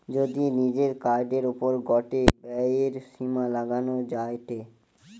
যদি নিজের কার্ডের ওপর গটে ব্যয়ের সীমা লাগানো যায়টে